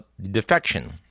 defection